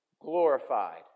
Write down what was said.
glorified